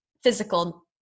physical